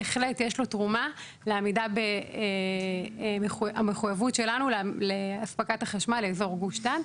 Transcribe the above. בהחלט יש לו תרומה לעמידה במחויבות שלנו לאספקת החשמל לאזור גוש דן.